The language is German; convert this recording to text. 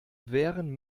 wären